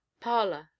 parlor